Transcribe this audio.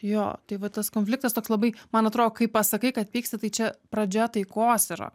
jo tai va tas konfliktas toks labai man atrodo kai pasakai kad pyksti tai čia pradžia taikos yra